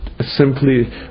simply